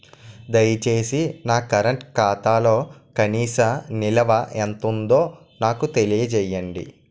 దయచేసి నా కరెంట్ ఖాతాలో కనీస నిల్వ ఎంత ఉందో నాకు తెలియజేయండి